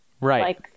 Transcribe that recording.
Right